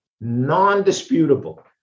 non-disputable